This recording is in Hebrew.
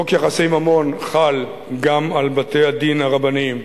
חוק יחסי ממון חל גם על בתי-הדין הרבניים,